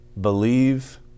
believe